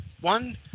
one